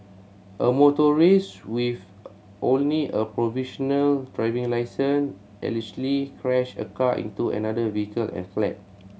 a motorist with only a provisional driving licence allegedly crashed a car into another vehicle and fled